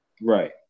Right